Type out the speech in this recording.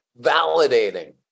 validating